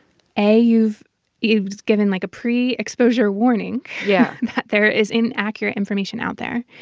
a, you've you've given, like, a pre-exposure warning. yeah. that there is inaccurate information out there.